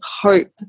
hope